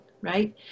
right